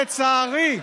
לצערי,